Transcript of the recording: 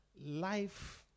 Life